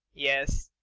yes.